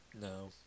No